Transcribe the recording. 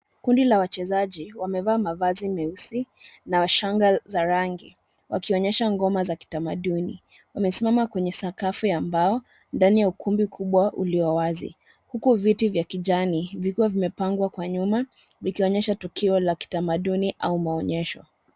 Kundi la wachezaji wamevaa mavazi nyeusi na shaga za rangi wakionyesha ngoma za kitamaduni. Wamesimama kwenye sakafu ya mbao ndani ya ukumbi mkubwa uliowazi, huku viti vya kijani vikiwa vimepangwa kwa nyuma likionyesha tukio la utamaduni au maonyesho.